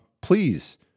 Please